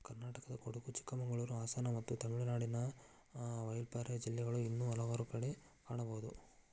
ಕರ್ನಾಟಕದಕೊಡಗು, ಚಿಕ್ಕಮಗಳೂರು, ಹಾಸನ ಮತ್ತು ತಮಿಳುನಾಡಿನ ವಾಲ್ಪಾರೈ ಜಿಲ್ಲೆಗಳು ಇನ್ನೂ ಹಲವಾರು ಕಡೆ ಕಾಣಬಹುದು